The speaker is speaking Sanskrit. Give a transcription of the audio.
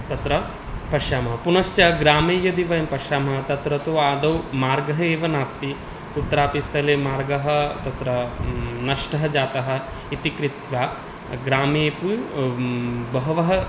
तत्र पश्यामः पुनश्च ग्रामे यदि वयं पश्यामः तत्र तु आदौ मार्गः एव नास्ति कुत्रापि स्थले मार्गः तत्र नष्टः जातः इति कृत्वा ग्रामेपि बहवः